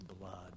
blood